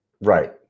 Right